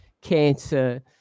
cancer